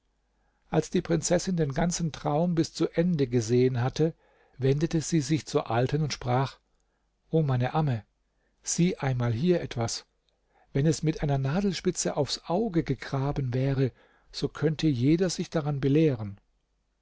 als die prinzessin den ganzen traum bis zu ende gesehen hatte wendete sie sich zur alten und sprach o meine amme sieh einmal hier etwas wenn es mit einer nadelspitze aufs auge gegraben wäre so könnte jeder sich daran belehren